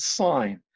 sign